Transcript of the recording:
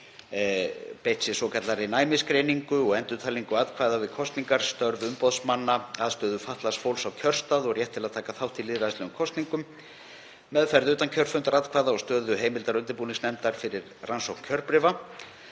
beitt sé svokallaðri næmisgreiningu og endurtalningu atkvæða við kosningar, störf umboðsmanna, aðstöðu fatlaðs fólks á kjörstað og rétt til að taka þátt í lýðræðislegum kosningum, meðferð utankjörfundaratkvæða og stöðu og heimildir undirbúningsnefndar fyrir rannsókn kjörbréfa.